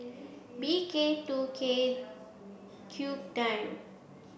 B K two K Q ten